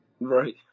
right